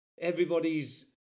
everybody's